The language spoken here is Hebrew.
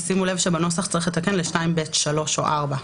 שימו לב שיש לתקן ל-ב(ב)(3) או (4).